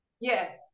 Yes